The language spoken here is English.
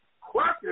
question